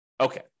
Okay